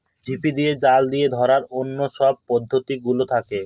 ঝিপি দিয়ে, জাল দিয়ে ধরার অন্য সব পদ্ধতি গুলোও থাকে